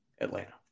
Atlanta